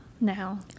now